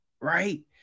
right